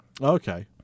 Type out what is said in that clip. Okay